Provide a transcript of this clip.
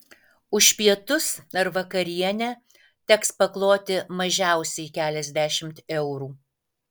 už pietus ar vakarienę teks pakloti mažiausiai keliasdešimt eurų